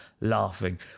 laughing